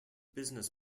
business